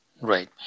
Right